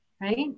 right